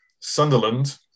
Sunderland